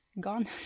Gone